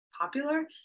popular